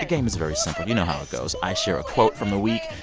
game is very simple. you know how it goes. i share a quote from a week.